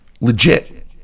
legit